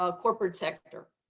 ah corporate sector,